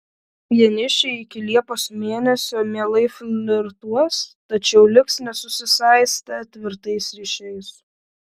vienišiai iki liepos mėnesio mielai flirtuos tačiau liks nesusisaistę tvirtais ryšiais